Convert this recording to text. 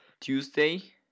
Tuesday